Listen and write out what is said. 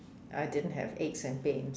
I didn't have aches and pain